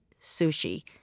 sushi